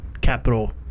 capital